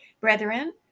Brethren